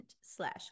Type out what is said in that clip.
slash